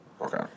Okay